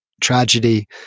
tragedy